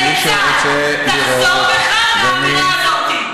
ומי שרוצה לראות, תחזור בך מהאמירה הזאת.